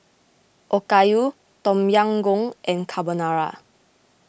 Okayu Tom Yam Goong and Carbonara